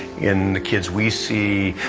in the kids we see,